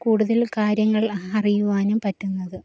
കൂടുതൽ കാര്യങ്ങൾ അറിയുവാനും പറ്റുന്നത്